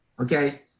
Okay